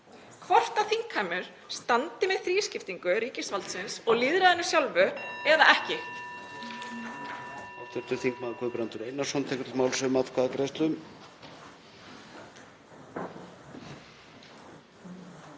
hvort þingheimur standi með þrískiptingu ríkisvaldsins og lýðræðinu sjálfu eða ekki.